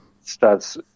starts